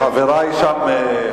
חברי שם,